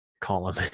column